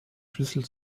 schlüssel